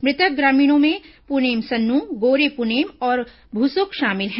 मृतक ग्रामीणों में पुनेम सन्नू गोरे पुनेम और भुसकु शामिल हैं